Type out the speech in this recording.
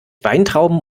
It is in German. weintrauben